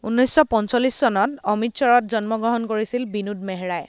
উনৈশ পঞ্চল্লিছ চনত অমৃতসৰত জন্মগ্ৰহণ কৰিছিল বিনোদ মেহৰাই